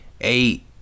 eight